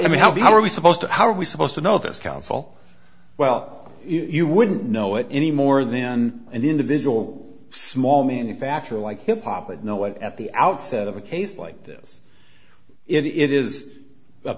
i mean how how are we supposed to how are we supposed to know this council well you wouldn't know it any more then an individual small manufacturer like hip hop would know what at the outset of a case like this it is i